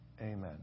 Amen